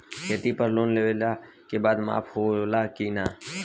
खेती पर लोन लेला के बाद माफ़ होला की ना?